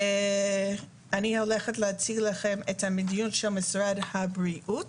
אני הולכת להציג לכם את המדיניות של משרד הבריאות,